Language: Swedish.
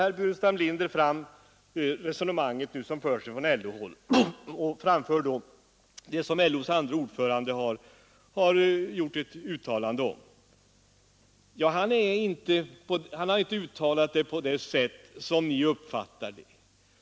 Herr Burenstam Linder tog upp LO:s resonemang och det som dess andre ordförande uttalat. Han har inte uttalat sig på det sätt som ni uppfattat det.